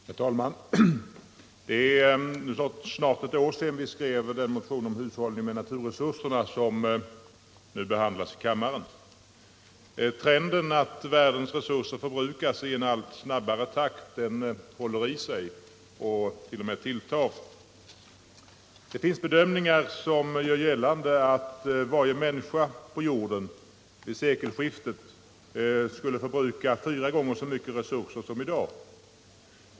Herr talman! Det är nu snart ett år sedan vi skrev den motion om hushållning med naturresurserna som i dag behandlas här i kammaren. Trenden att världens resurser förbrukas i en allt snabbare takt håller i sig och t.o.m. ökar. Det finns bedömningar som gör gällande att varje människa på jorden vid sekelskiftet kommer att förbruka fyra gånger så mycket resurser som i dag.